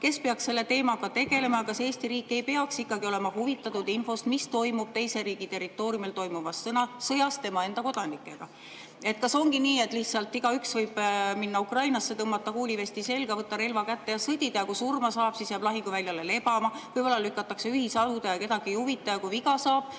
Kes peaks selle teemaga tegelema? Kas Eesti riik ei peaks ikkagi olema huvitatud infost, mis toimub teise riigi territooriumil toimuvas sõjas tema enda kodanikega? Kas ongi nii, et lihtsalt igaüks võib minna Ukrainasse, tõmmata kuulivesti selga, võtta relva kätte ja sõdida ning kui ta surma saab, siis jääb lahinguväljale lebama, võib-olla lükatakse ühishauda ja kedagi ei huvita? Kui ta vigastada